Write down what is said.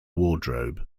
wardrobe